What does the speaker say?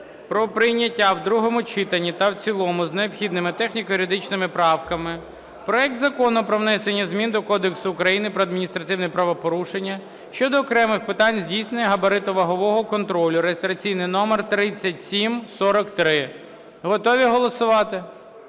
про прийняття в другому читанні та в цілому з необхідними техніко-юридичними правками проект Закону про внесення змін до Кодексу України про адміністративні правопорушення щодо окремих питань здійснення габаритно-вагового контролю (реєстраційний номер 3743). Готові голосувати?